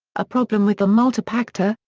a problem with the multipactor,